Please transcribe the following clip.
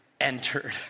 entered